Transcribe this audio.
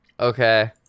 Okay